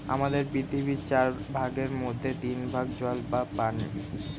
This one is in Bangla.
আমাদের পৃথিবীর চার ভাগের মধ্যে তিন ভাগ জল বা পানি